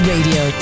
Radio